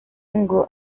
ngo